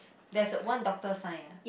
there's one doctor sign